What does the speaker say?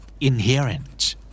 Inherent